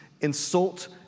insult